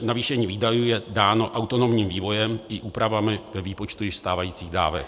Navýšení výdajů je dáno autonomním vývojem i úpravami ve výpočtu již stávajících dávek.